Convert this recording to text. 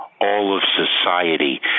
all-of-society